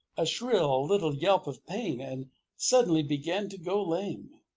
a shrill little yelp of pain, and suddenly began to go lame.